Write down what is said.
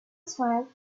smiled